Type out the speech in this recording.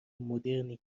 مدرنی